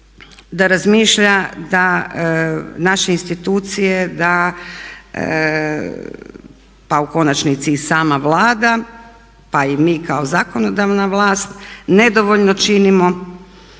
da razmišlja da naše institucije da pa u konačnici i sama Vlada pa i mi kao zakonodavna vlast nedovoljno činimo,